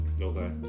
Okay